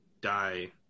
die